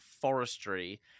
forestry